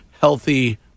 healthy